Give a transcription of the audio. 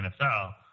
NFL